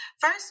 first